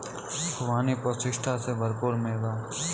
खुबानी पौष्टिकता से भरपूर मेवा है